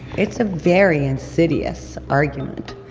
it's a very insidious argument.